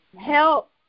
help